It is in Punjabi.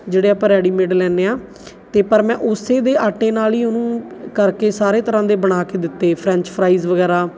ਜਿਹੜੇ ਆਪਾਂ ਰੈਡੀਮੇਡ ਲੈਦੇ ਹਾਂ ਅਤੇ ਪਰ ਮੈਂ ਉਸੇ ਦੇ ਆਟੇ ਨਾਲ ਹੀ ਉਹਨੂੰ ਕਰਕੇ ਸਾਰੇ ਤਰ੍ਹਾਂ ਦੇ ਬਣਾ ਕੇ ਦਿੱਤੇ ਫਰੈਂਚ ਫਰਾਈਜ਼ ਵਗੈਰਾ